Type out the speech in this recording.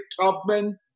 Tubman